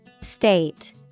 State